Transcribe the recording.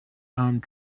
armed